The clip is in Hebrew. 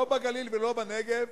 לא בגליל ולא בנגב,